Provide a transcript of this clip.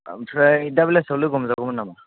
ओमफ्राय दा बेलासेयाव लोगो हमजागौमोन नामा